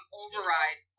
override